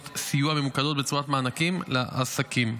סיוע ממוקדות בצורת מענקים לעסקים.